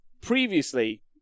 Previously